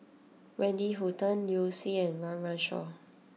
Wendy Hutton Liu Si and Run Run Shaw